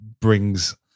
brings